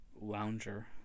lounger